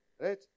Right